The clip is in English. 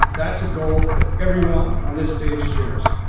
that's a goal that everyone on this stage shares.